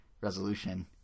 resolution